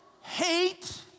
hate